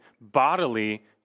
bodily